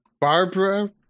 Barbara